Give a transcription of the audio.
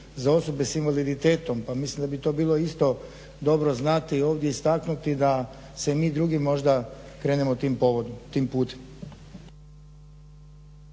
za osobe s invaliditetom pa mislim da bi to bilo isto dobro znati i ovdje istaknuti da i mi drugi možda krenemo tim povodom,